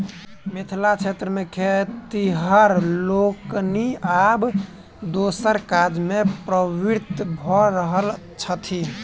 मिथिला क्षेत्र मे खेतिहर लोकनि आब दोसर काजमे प्रवृत्त भ रहल छथि